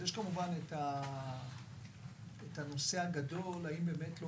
יש כמובן את הנושא הגדול האם באמת לא